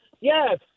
yes